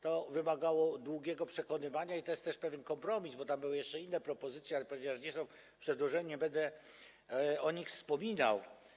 To wymagało długiego przekonywania i to też jest pewien kompromis, bo tam były jeszcze inne propozycje, ale ponieważ nie są przedłożone, nie będę o nich wspominał.